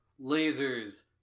lasers